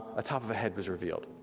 a top of a head was revealed.